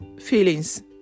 feelings